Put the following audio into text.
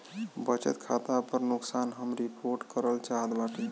बचत खाता पर नुकसान हम रिपोर्ट करल चाहत बाटी